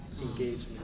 engagement